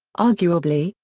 arguably,